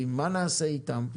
מה נעשה איתם.